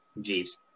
Jeeves